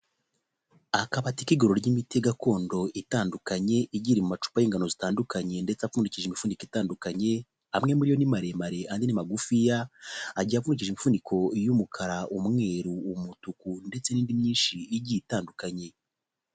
Akabati k'iguriro ry'imiti gakondo itandukanye igiye iri mu amacupa y'ingano zitandukanye ndetse apfuje imifunika itandukanye, amwe muriyo ni maremare andi ni magufiya, agiye apfundikije imifuniko y'umukara, umweru, umutuku ndetse n'indi myinshi igiye itandukanye.